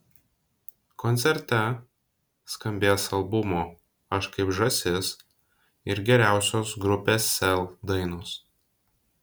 koncerte skambės albumo aš kaip žąsis ir geriausios grupės sel dainos